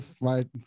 right